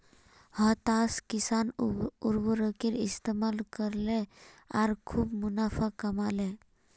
हताश किसान उर्वरकेर इस्तमाल करले आर खूब मुनाफ़ा कमा ले